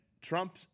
Trump